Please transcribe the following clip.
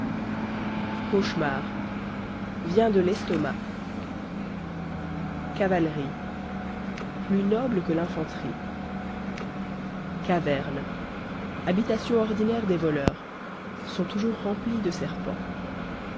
cauchemar vient de l'estomac cavalerie plus noble que l'infanterie cavernes habitation ordinaire des voleurs sont toujours remplies de serpents